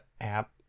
app